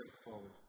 straightforward